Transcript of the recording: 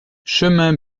chemin